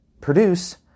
produce